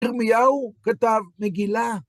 ירמיהו כתב מגילה.